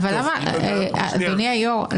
אדוני היושב-ראש,